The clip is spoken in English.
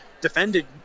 defended